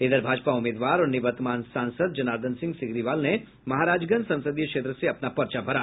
इधर भाजपा उम्मीदवार और निवर्तमान सांसद जर्नादन सिंह सिग्रीवाल ने महाराजगंज संसदीय क्षेत्र से अपना पर्चा भरा